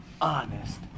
Honest